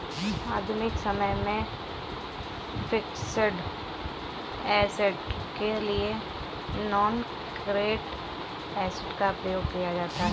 आधुनिक समय में फिक्स्ड ऐसेट के लिए नॉनकरेंट एसिड का प्रयोग किया जाता है